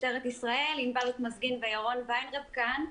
משטרת ישראל, ענבל אוטמזגין וירון ויינרב כאן.